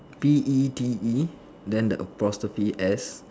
P E T E then the apostrophe S